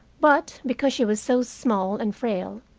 but, because she was so small and frail,